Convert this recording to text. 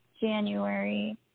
January